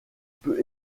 peut